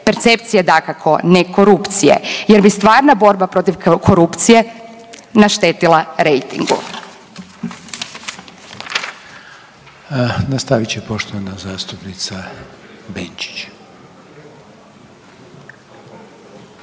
percepcije dakako ne korupcije jer bi stvarna borba protiv korupcije naštetila rejtingu. **Reiner, Željko (HDZ)** Nastavit će poštovana zastupnica Benčić.